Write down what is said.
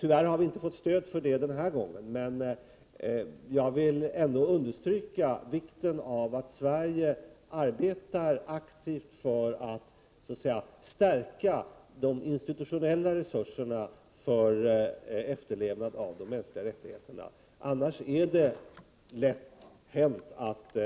Tyvärr har vi inte fått stöd för förslaget den här gången, men jag vill ändå understryka vikten av att Sverige aktivt arbetar för att stärka de institutionella resurserna för efterlevnad av de mänskliga rättigheterna. Annars är det lätt hänt att